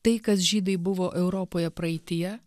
tai kas žydai buvo europoje praeityje